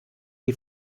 die